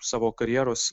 savo karjeros